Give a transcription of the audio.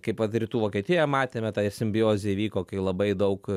kaip vat rytų vokietiją matėme tą ir simbiozė įvyko kai labai daug